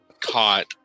caught